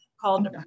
called